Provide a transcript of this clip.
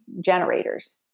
generators